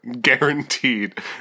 guaranteed